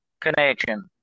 connection